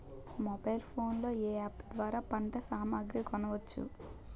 Mobile phone లో ఏ app ద్వారా పంట సామాగ్రి కొనచ్చు?